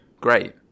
great